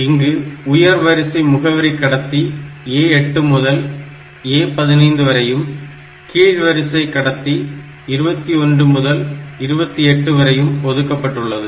இங்கு உயர் வரிசை முகவரி கடத்தி A8 முதல் A15 வரையும் கீழ் வரிசை கடத்தி 21 முதல் 28 வரையும் ஒதுக்கப்பட்டுள்ளது